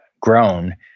grown